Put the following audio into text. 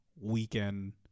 weekend